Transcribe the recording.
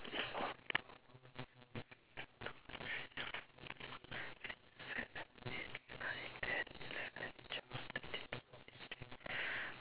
six seven eight nine ten eleven twelve thirteen fourteen fifteen